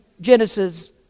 Genesis